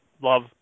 Love